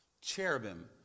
Cherubim